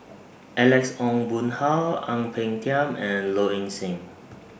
Alex Ong Boon Hau Ang Peng Tiam and Low Ing Sing